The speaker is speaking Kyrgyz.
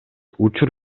учур